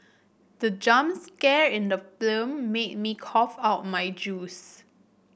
the jump scare in the film made me cough out my juice